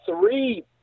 three